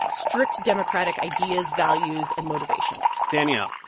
strict democratic ideas, values and motivation danielle,